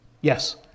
Yes